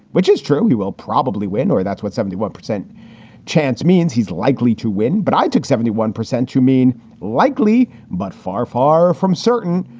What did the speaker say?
which is true. he will probably win or that's what. seventy one percent chance means he's likely to win. but i took seventy one percent. you mean likely but far, far from certain.